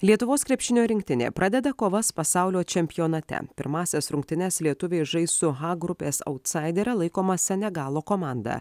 lietuvos krepšinio rinktinė pradeda kovas pasaulio čempionate pirmąsias rungtynes lietuviai žais su h grupės autsaidere laikoma senegalo komanda